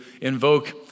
invoke